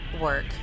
work